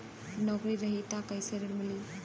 नौकरी रही त कैसे ऋण मिली?